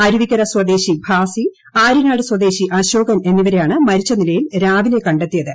അരുവിക്കര സ്വദേശി ഭാസി ആര്യനാട് സ്വദേശി അശോകൻ എന്നിവരെയാണ് മരിച്ച നിലയിൽ രാവിലെ കണ്ടെത്തിയത്